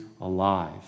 alive